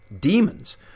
demons